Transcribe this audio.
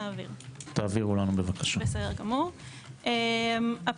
בסדר גמור, נעביר.